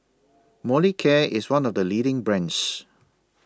Molicare IS one of The leading brands